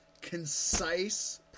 concise